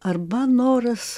arba noras